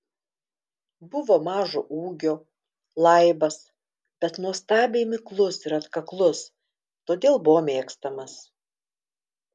buvo mažo ūgio laibas bet nuostabiai miklus ir atkaklus todėl buvo mėgstamas